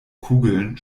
kugeln